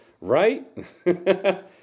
right